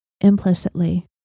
implicitly